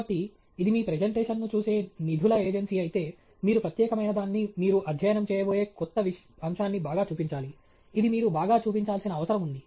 కాబట్టి ఇది మీ ప్రెజెంటేషన్ను చూసే నిధుల ఏజెన్సీ అయితే మీరు ప్రత్యేకమైనదాన్ని మీరు అధ్యయనం చేయబోయే కొత్త అంశాన్ని బాగా చూపించాలి ఇది మీరు బాగా చూపించాల్సిన అవసరం ఉంది